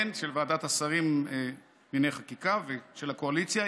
של ועדת השרים לענייני חקיקה ושל הקואליציה,